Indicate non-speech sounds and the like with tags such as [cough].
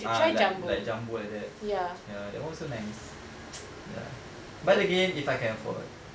ah like like jumbo like that ya that one also nice [noise] ya but again if I can afford